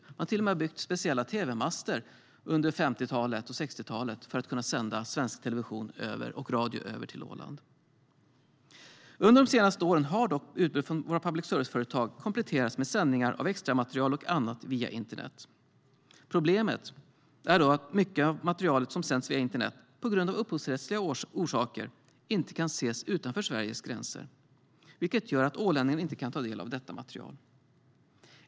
Man byggde till och med speciella tv-master under 50-talet och 60-talet för att kunna sända svensk television och radio över till Åland.Under de senaste åren har dock utbudet från våra public service-företag kompletterats med sändningar av extramaterial och annat via internet. Problemet är då att mycket av materialet som sänds via internet av upphovsrättsliga orsaker inte kan ses utanför Sveriges gränser, vilket gör att ålänningarna inte kan ta del av detta material.